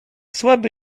słaby